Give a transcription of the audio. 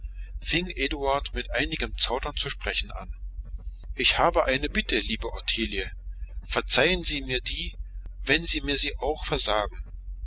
eduard mit einigem zaudern zu sprechen an ich habe eine bitte liebe ottilie verzeihen sie mir die wenn sie mir sie auch versagen